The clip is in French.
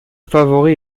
favori